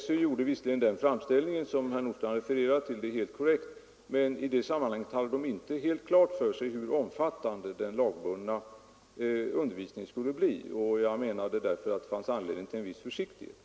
SÖ gjorde visserligen den framställning som herr Nordstrandh refererat till — det är helt korrekt. Men i det sammanhanget hade SÖ inte helt klart för sig hur omfattande den lagbundna undervisningen skulle bli, och jag menade därför att det fanns anledning till en viss försiktighet.